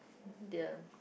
dear